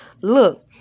Look